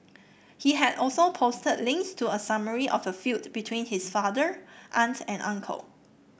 he had also posted links to a summary of the feud between his father aunt and uncle